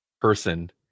person